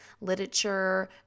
literature